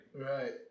Right